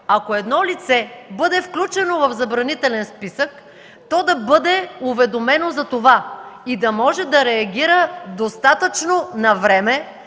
ако едно лице бъде включено в забранителен списък, то да бъде уведомено за това и да може да реагира достатъчно навреме;